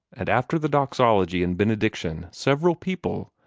and after the doxology and benediction several people,